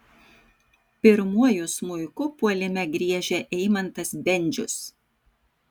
pirmuoju smuiku puolime griežia eimantas bendžius